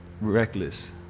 reckless